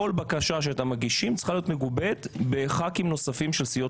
כול בקשה שאתם מגישים צריכה להיות מגובה בח"כים נוספים של סיעות